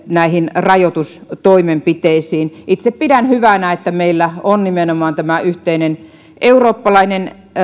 näihin rajoitustoimenpiteisiin itse pidän hyvänä että meillä on nimenomaan tämä yhteinen eurooppalainen